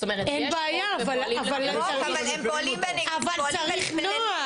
יש חוק ופועלים --- אין בעיה אבל צריך נוהל.